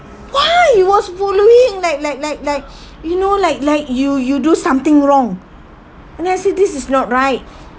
why he was following like like like like you know like like you you do something wrong and I said this is not right